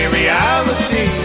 reality